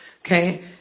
Okay